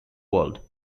world